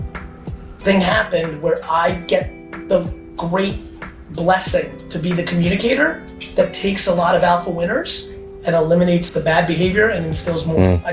happened where i get the great blessing to be the communicator that takes a lot of alpha winners and eliminates the bad behavior, and instills more.